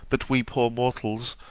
that we poor mortals,